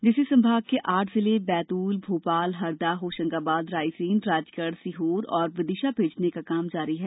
जिसे संभाग के आठ जिले भोपाल बैतूल हरदा होशंगाबाद रायसेन राजगढ़ सीहोर और विदिशा भेजने का काम जारी है